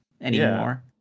anymore